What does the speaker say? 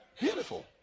beautiful